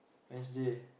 Wednesday